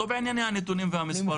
לא בענייני הנתונים והמספרים,